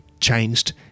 changed